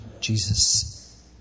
Jesus